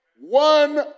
One